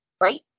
Right